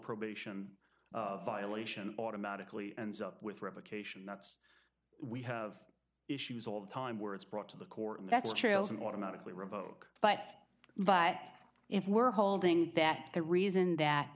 probation violation automatically ands up with revocation that's we have issues all the time where it's brought to the court and that's trails and automatically revoke but but if we're holding that the reason that